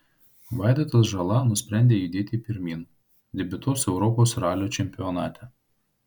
vaidotas žala nusprendė judėti pirmyn debiutuos europos ralio čempionate